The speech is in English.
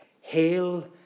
Hail